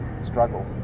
struggle